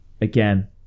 again